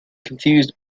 confused